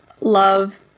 love